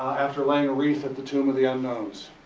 after laying a wreath at the tomb of the unknowns.